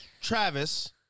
Travis